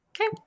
Okay